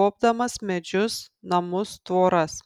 gobdamas medžius namus tvoras